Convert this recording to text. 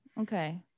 Okay